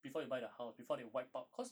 before you the house before they wipe out cause